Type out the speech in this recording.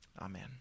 amen